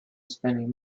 spending